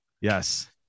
Yes